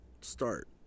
start